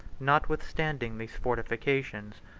notwithstanding these fortifications,